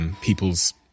People's